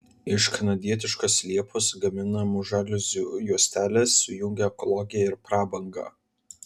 iš kanadietiškos liepos gaminamos žaliuzių juostelės sujungia ekologiją ir prabangą